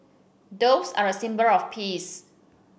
doves are a symbol of peace